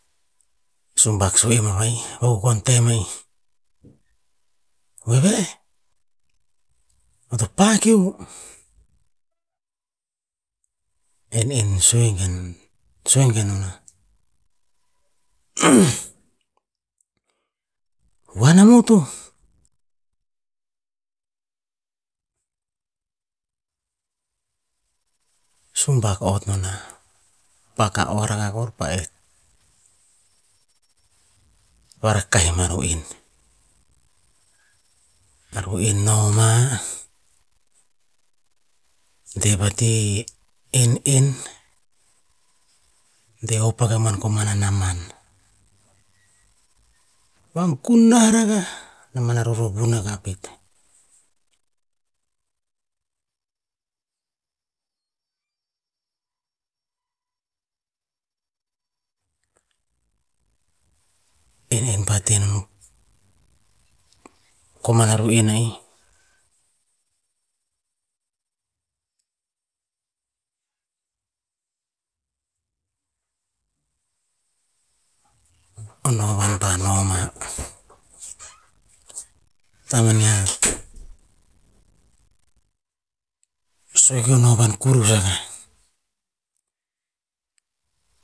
Sumbak sue eo va kukon tem a'ih, "weweh, eo to pakiu", en en sue gen sue gen "huan a moto", sumbak ot no nah, pak a oah rakah kor pa'eh, varakah e mah ru'in. A ru'en noma, deh vati en en, deh hop akah noman komana naman, van ku nah ragah, naman a ruruvun rakah pet. enen pa teh nom komana ru'in a'ih, a novan pa noma tamanea sue ki a novan kurus akah.